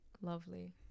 Lovely